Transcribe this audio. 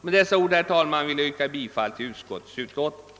Med dessa ord vill jag, herr talman, yrka bifall till utskottets hemställan.